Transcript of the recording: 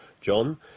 John